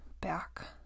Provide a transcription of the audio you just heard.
back